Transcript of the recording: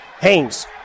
Haynes